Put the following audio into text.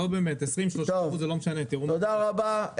תודה רבה.